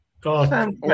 God